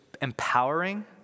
empowering